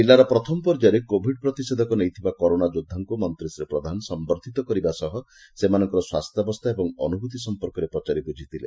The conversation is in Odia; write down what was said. ଜିଲ୍ଲାର ପ୍ରଥମ ପର୍ଯ୍ୟାୟରେ କୋଭିଡ୍ ପ୍ରତିଷେଧକ ନେଇଥିବା କରୋନା ଯୋଦ୍ଧାଙ୍କୁ ମନ୍ତୀ ଶ୍ରୀ ପ୍ରଧାନ ସମ୍ୟଦ୍ଧିତ କରିବା ସହ ସେମାନଙ୍କ ସ୍ୱାସ୍ଥ୍ୟାବସ୍ଥା ଏବଂ ଅନୁଭ୍ରତି ସମ୍ମର୍କରେ ପଚାରି ବୁଝିଥିଲେ